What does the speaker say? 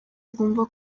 nkumva